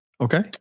Okay